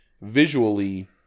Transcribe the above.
visually